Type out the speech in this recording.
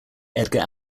edgar